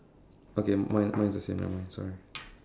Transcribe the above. okay mine mine is the same nevermind sorry